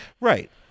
Right